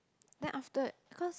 then afterward cause